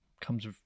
comes